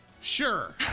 sure